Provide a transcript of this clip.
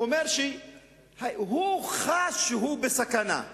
אומר שהוא חש שהוא בסכנה.